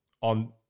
on